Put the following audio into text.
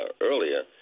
earlier